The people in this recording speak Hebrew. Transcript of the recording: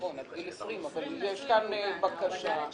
נכון, עד גיל 20, אבל יש כאן בקשה --- 20